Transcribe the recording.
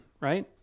right